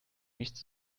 nichts